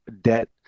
debt